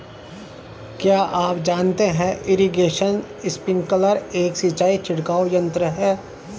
क्या आप जानते है इरीगेशन स्पिंकलर एक सिंचाई छिड़काव यंत्र है?